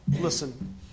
Listen